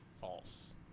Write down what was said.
false